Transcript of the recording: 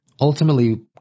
ultimately